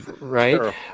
Right